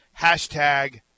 Hashtag